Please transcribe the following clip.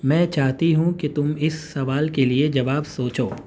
میں چاہتی ہوں کہ تم اس سوال کے لیے جواب سوچو